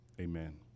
amen